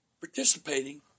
Participating